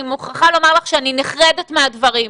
אני מוכרח לומר לך שאני נחרדת מהדברים.